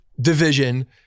division